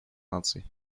наций